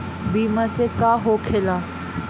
बीमा से का होखेला?